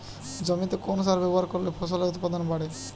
জমিতে কোন সার ব্যবহার করলে ফসলের উৎপাদন বাড়ে?